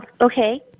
Okay